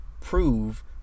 prove